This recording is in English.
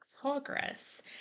progress